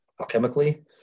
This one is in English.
alchemically